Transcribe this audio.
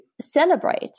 celebrate